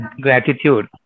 gratitude